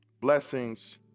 blessings